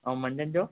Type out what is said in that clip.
ऐं मंझंदि जो